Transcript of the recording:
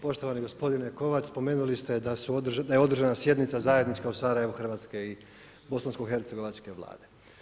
Poštovani gospodine Kovač, spomenuli ste da je održana sjednica zajednička u Sarajevu Hrvatske i bosansko-hercegovačke vlade.